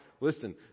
Listen